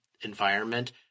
environment